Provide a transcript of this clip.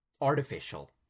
artificial